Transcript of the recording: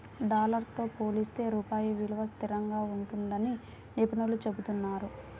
dollar తో పోలిస్తే రూపాయి విలువ స్థిరంగా ఉంటుందని నిపుణులు చెబుతున్నారు